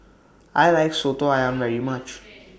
I like Soto Ayam very much